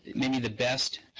maybe the best